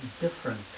different